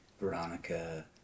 Veronica